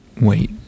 Wait